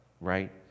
right